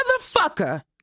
Motherfucker